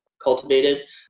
cultivated